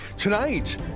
Tonight